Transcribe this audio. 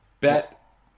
bet